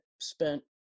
spent